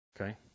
Okay